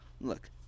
Look